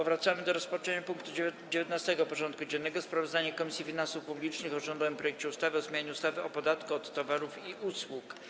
Powracamy do rozpatrzenia punktu 19. porządku dziennego: Sprawozdanie Komisji Finansów Publicznych o rządowym projekcie ustawy o zmianie ustawy o podatku od towarów i usług.